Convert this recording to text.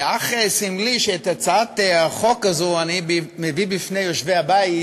זה אך סמלי שאת הצעת החוק הזו אני מביא בפני יושבי הבית